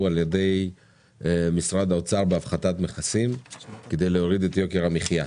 על ידי משרד האוצר בהפחתת מכסים כדי להוריד את יוקר המחיה.